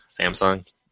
Samsung